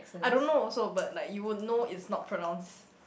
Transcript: I don't know also but like you will know is not pronounce